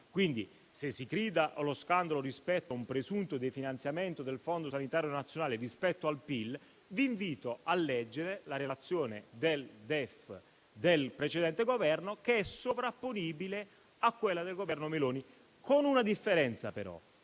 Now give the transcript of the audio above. quindi si grida allo scandalo rispetto a un presunto definanziamento del fondo sanitario nazionale rispetto al PIL, vi invito a leggere la relazione al DEF del precedente Governo, che è sovrapponibile a quella del Governo Meloni, con una differenza, però: